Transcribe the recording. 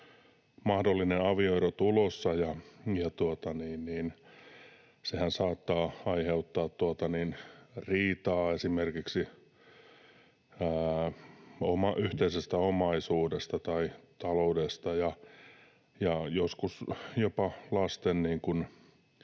mahdollinen avioero tulossa, ja sehän saattaa aiheuttaa riitaa esimerkiksi yhteisestä omaisuudesta tai taloudesta ja joskus jopa lasten